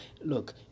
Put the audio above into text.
look